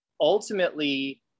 ultimately